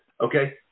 okay